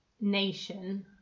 nation